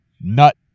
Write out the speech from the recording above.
nut